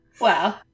Wow